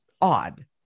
odd